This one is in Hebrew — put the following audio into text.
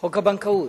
חוק הבנקאות.